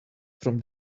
from